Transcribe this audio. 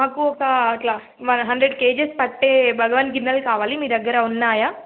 మాకు ఒక అట్లా వ హండ్రెడ్ కేజెస్ పట్టే భగవాన్ గిన్నెలు కావాలి మీ దగ్గర ఉన్నాయా